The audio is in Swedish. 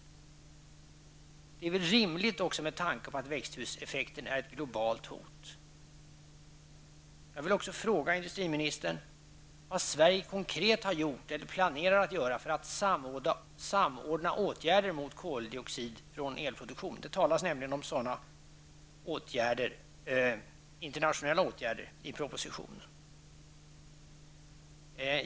Detta är väl också rimligt med tanke på att växthuseffekten är ett globalt hot. Jag vill också fråga industriministern vad Sverige konkret har gjort eller planerar att göra för att samordna åtgärder mot koldioxid från elproduktion. Det talas nämligen om sådana internationella åtgärder i propositionen.